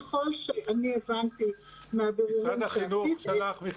ככל שאני הבנתי מן הבירורים שעשיתי,